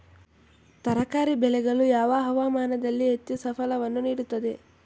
ತರಕಾರಿ ಬೆಳೆಗಳು ಯಾವ ಹವಾಮಾನದಲ್ಲಿ ಹೆಚ್ಚು ಫಸಲನ್ನು ನೀಡುತ್ತವೆ?